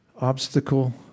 obstacle